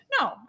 No